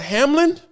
Hamlin